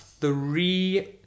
three